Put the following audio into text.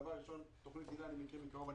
דבר ראשון, את תוכנית היל"ה אני מכיר מקרוב.